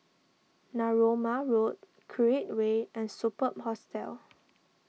Narooma Road Create Way and Superb Hostel